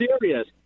serious